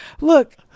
look